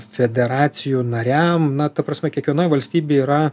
federacijų nariam na ta prasme kiekvienoj valstybėj yra